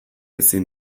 ezin